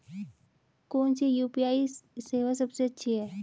कौन सी यू.पी.आई सेवा सबसे अच्छी है?